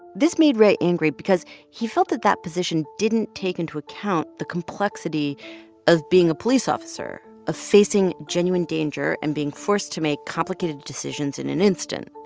this made ray angry because he felt that that position didn't take into account the complexity of being a police officer, of facing genuine danger and being forced to make complicated decisions in an instant.